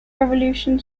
revolution